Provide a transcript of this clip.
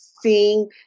seeing